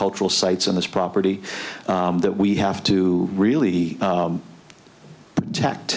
cultural sites on this property that we have to really protect